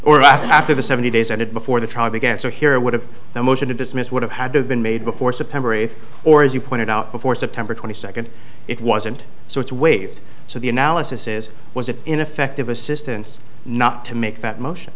or after the seventy days ended before the trial began so here would have the motion to dismiss would have had to have been made before september eighth or as you pointed out before september twenty second it wasn't so it's waived so the analysis is was it ineffective assistance not to make that motion